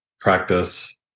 practice